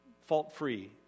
fault-free